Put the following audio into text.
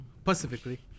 specifically